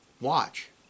watch